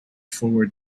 forward